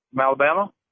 Alabama